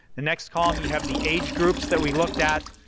the next column you have the age groups that we looked at,